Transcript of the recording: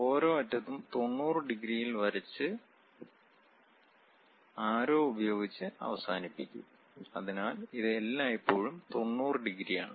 ഓരോ അറ്റത്തും 90 ഡിഗ്രിയിൽ വരച്ച് ആരോ ഉപയോഗിച്ച് അവസാനിപ്പിക്കും അതിനാൽ ഇത് എല്ലായ്പ്പോഴും 90 ഡിഗ്രിയാണ്